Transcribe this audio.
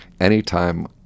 Anytime